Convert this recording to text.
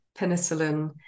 penicillin